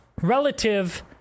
relative